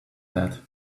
that